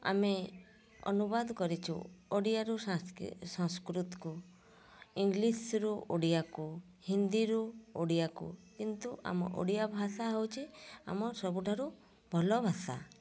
ଆମେ ଅନୁବାଦ କରିଛୁ ଓଡ଼ିଆରୁ ସଂସ୍କୃତକୁ ଇଂଲିଶ୍ରୁ ଓଡ଼ିଆକୁ ହିନ୍ଦୀରୁ ଓଡ଼ିଆକୁ କିନ୍ତୁ ଆମ ଓଡ଼ିଆ ଭାଷା ହେଉଛି ଆମର ସବୁଠାରୁ ଭଲ ଭାଷା